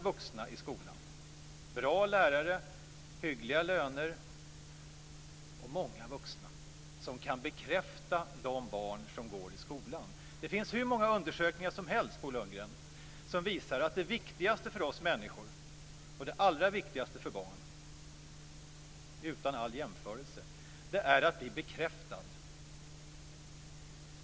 Det behövs bra lärare, hyggliga löner och många vuxna som kan bekräfta barnen i skolan. Det finns hur många undersökningar som helst, Bo Lundgren, som visar att det viktigaste för oss människor, och det allra viktigaste för barnen, utan all jämförelse, är att bli bekräftad.